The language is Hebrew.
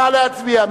נא להצביע.